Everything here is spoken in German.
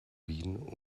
wien